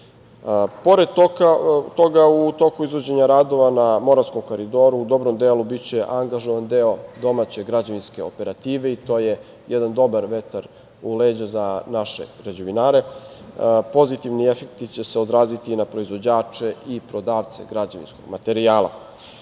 toga u toku je izvođenje radova na Moravskom koridoru. U dobrom delu biće angažovan deo domaće građevinske operative i to je jadan dobar vetar u leđa za naše građevinare. Pozitivni efekti će se odraziti i na proizvođače i prodavce građevinskog materijala.